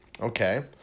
Okay